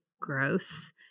gross